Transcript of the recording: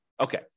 Okay